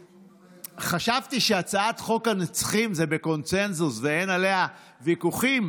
חשבתי שהצעת חוק הנכים היא בקונסנזוס ואין עליה ויכוחים.